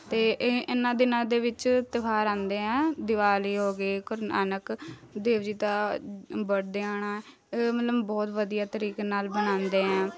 ਅਤੇ ਇਹ ਇਹਨਾਂ ਦਿਨਾਂ ਦੇ ਵਿੱਚ ਤਿਉਹਾਰ ਆਉਂਦੇ ਹੈ ਦੀਵਾਲੀ ਹੋ ਗਈ ਗੁਰੂ ਨਾਨਕ ਦੇਵ ਜੀ ਦਾ ਬਰਡੇ ਆਉਣਾ ਮਤਲਬ ਬਹੁਤ ਵਧੀਆ ਤਰੀਕੇ ਨਾਲ਼ ਮਨਾਉਂਦੇ ਹੈ